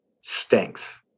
stinks